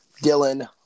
Dylan